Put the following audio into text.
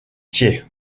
thiès